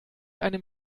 einem